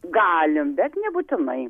galim bet nebūtinai